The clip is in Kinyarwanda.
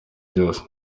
byose